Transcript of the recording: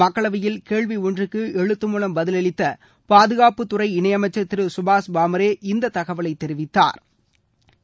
மக்களவையில் கேள்வி ஒன்றுக்கு எழுத்து மூலம் பதிலளித்த பாதுகாப்பு துறை இணை அமைச்சா் திரு சுபாஷ் பாம்ரே இந்தத் தகவலை தெரிவித்தாா்